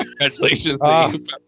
congratulations